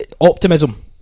optimism